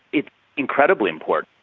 it's incredibly important.